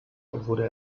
wurde